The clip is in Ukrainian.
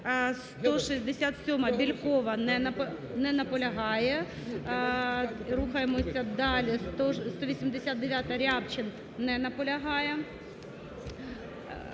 167-а, Бєлькова. Не наполягає. Рухаємося далі: 189-а, Рябчин. Не наполягає.